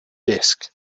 disk